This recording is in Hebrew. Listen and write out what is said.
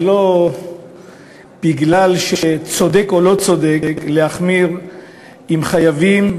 ולא בגלל שצודק או לא צודק להחמיר עם חייבים,